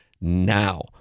now